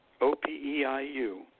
OPEIU